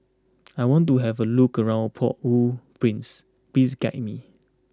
I want to have a look around Port Au Prince please guide me